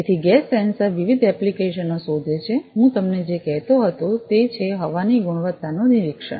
તેથી gas sensor વિવિધ એપ્લિકેશનો શોધે છે હું તમને જે કહેતો હતો તે છે હવાની ગુણવત્તાનું નિરીક્ષણ